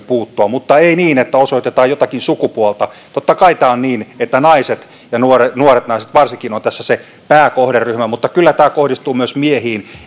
puuttua mutta ei niin että osoitetaan jotakin sukupuolta totta kai tämä on niin että naiset ja nuoret naiset varsinkin ovat tässä se pääkohderyhmä mutta kyllä tämä kohdistuu myös miehiin